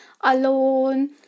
alone